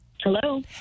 Hello